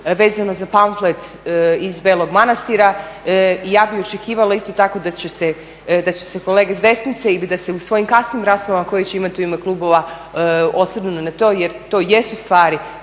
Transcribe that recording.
vezano za pamflet iz Belog Manastira i ja bih očekivala isto tako da će se kolege s desnice ili da se u svojim kasnijim raspravama koje će imati u ime klubova osvrnu na to jer to jesu stvari